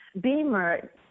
beamer